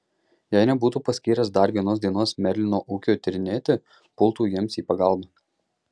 jei nebūtų paskyręs dar vienos dienos merlino ūkiui tyrinėti pultų jiems į pagalbą